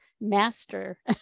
master